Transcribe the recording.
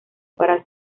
para